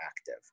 active